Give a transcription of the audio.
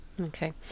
Okay